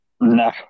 No